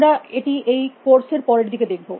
আমরা এটি এই কোর্স এর পরের দিকে দেখব